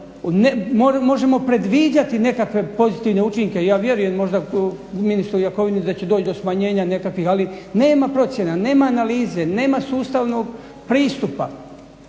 Možemo predviđati nekakve pozitivne učinke i ja vjerujem ministru Jakovini da će doći do smanjenja nekakvih ali nema procjena, nema analize, nema sustavnog pristupa.